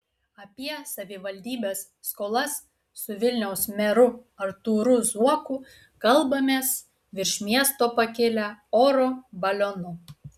apie savivaldybės skolas su vilniaus meru artūru zuoku kalbamės virš miesto pakilę oro balionu